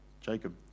Jacob